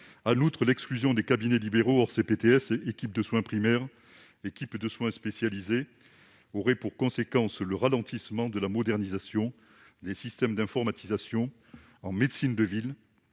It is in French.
En outre, l'exclusion des cabinets libéraux hors CPTS, équipes de soins primaires et équipes de soins spécialisés, aurait pour conséquence le ralentissement de la modernisation des systèmes d'informatisation en médecine de ville